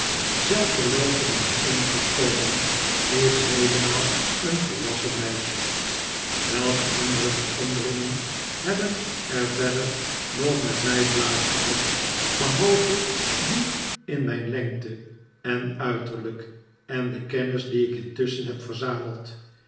zelfverloochenden invloed komen is heelemaal een volwassen meisje welke andere veranderingen hebben er verder nog met mij plaats gehad behalve die in mijn lengte en uiterlijk en de kennis die ik intusschen heb verzameld